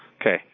Okay